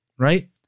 right